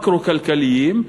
מקרו-כלכליים,